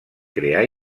crear